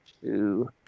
two